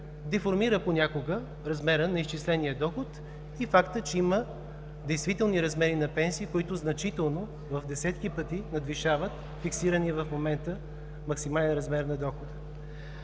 деформира понякога размера на изчисления доход. Факт е, че има действителни размери на пенсии, които значително – в десетки пъти, надвишават фиксирания в момента максимален размер на дохода.